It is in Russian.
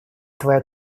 твоя